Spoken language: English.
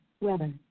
weather